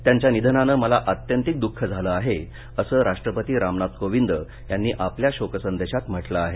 त्यांच्या निधनानं मला आत्यंतिक दःख झालं आहे असं राष्ट्रपती रामनाथ कोविंद यांनी आपल्या शोकसंदेशात म्हंटल आहे